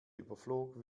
überflog